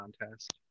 contest